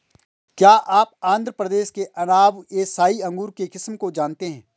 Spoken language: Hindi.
क्या आप आंध्र प्रदेश के अनाब ए शाही अंगूर के किस्म को जानते हैं?